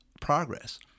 progress